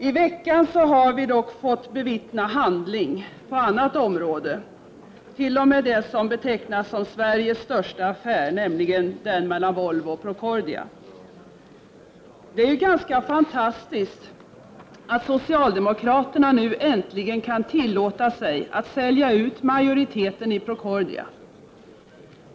I veckan har vi dock bevittnat handling på området, t.o.m. det som betecknas som Sveriges största affär, nämligen den mellan Volvo och Procordia. Det är ganska fantastiskt att socialdemokraterna nu äntligen kan tillåta sig att sälja ut majoriteten i Procordia.